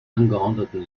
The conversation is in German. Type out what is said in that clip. angeordneten